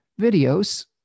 videos